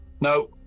No